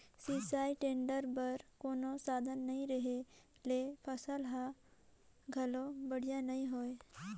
सिंचई टेड़ई बर कोनो साधन नई रहें ले फसल हर घलो बड़िहा नई होय